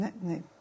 No